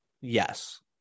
Yes